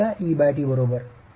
4 च्या et बरोबर